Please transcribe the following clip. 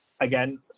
again